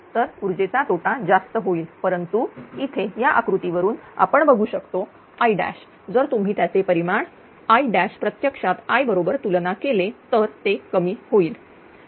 तर ऊर्जेचा तोटा जास्त होईल परंतु इथे या आकृतीवरून आपण बघू शकतो I जर तुम्ही त्याचे परिमाण I प्रत्यक्षात I बरोबर तुलना केले तर ते कमी होईल